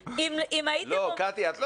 חבל שהם לא